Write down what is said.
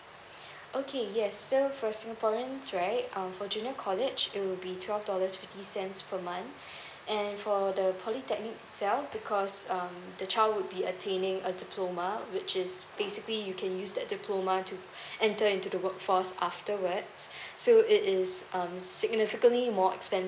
okay yes so for singaporeans right um for junior college it will be twelve dollars fifty cents per month and for the polytechnic itself because um the child would be attaining a diploma which is basically you can use that diploma to enter into the work force afterwards so it is um significantly more expensive